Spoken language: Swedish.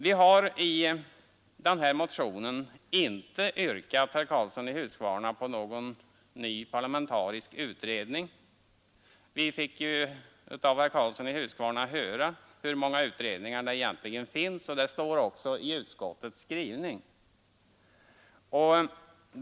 Vi har, herr Karlsson i Huskvarna, i denna motion inte yrkat på någon ny parlamentarisk utredning. Vi fick av herr Karlsson i Huskvarna höra hur många utredningar som egentligen finns, och det står också i utskottets skrivning.